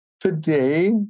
Today